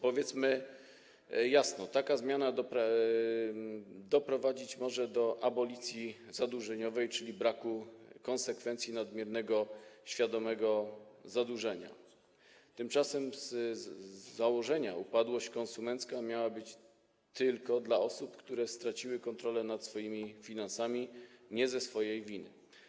Powiedzmy jasno, że taka zmiana może doprowadzić do abolicji zadłużeniowej, czyli braku konsekwencji nadmiernego, świadomego zadłużenia, tymczasem z założenia upadłość konsumencka miała być tylko dla osób, które straciły kontrolę nad swoimi finansami nie ze swojej winy.